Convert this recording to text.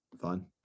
fine